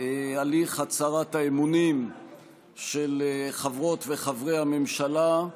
הליך הצהרת האמונים של חברות וחברי הממשלה.